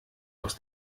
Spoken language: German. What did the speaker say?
aus